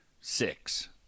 six